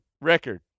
record